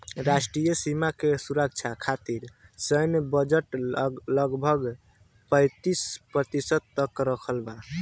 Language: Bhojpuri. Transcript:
राष्ट्रीय सीमा के सुरक्षा खतिर सैन्य बजट लगभग पैंतीस प्रतिशत तक रखल बा